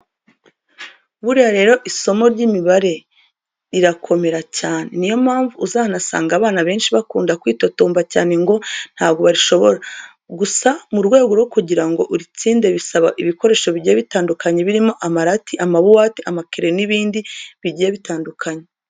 Buriya rero isomo ry'imibare rirakomera cyane, niyo mpamvu uzanasanga abana benshi bakunda kwitotomba cyane ngo ntabwo barishobora, gusa mu rwego rwo kugira ngo uritsinde bisaba ibikoresho bigiye bitandukanye birimo amarati, amabuwate, amakereyo n'ibindi bigiye bitandukanye.